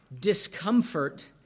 discomfort